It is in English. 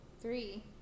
three